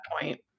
point